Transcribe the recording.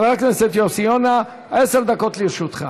חבר הכנסת יוסי יונה, עשר דקות לרשותך.